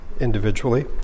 individually